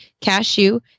cashew